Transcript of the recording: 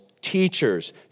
teachers